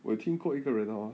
我听过一个人 orh